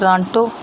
Toronto